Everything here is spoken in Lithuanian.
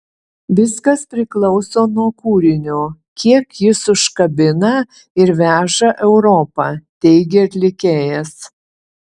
viskas priklauso nuo kūrinio kiek jis užkabina ir veža europa teigė atlikėjas